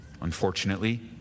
unfortunately